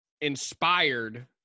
inspired